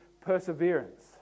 perseverance